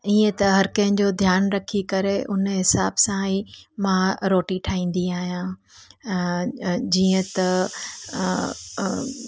ईअं त हर कंहिं जो ध्यानु रखी करे उन हिसाब सां ई मां रोटी ठाहींदी आहियां जीअं त